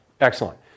excellent